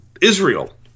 Israel